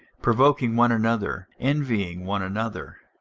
provoking one another, envying one another.